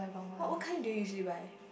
what what kind do you usually buy